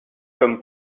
comme